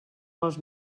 les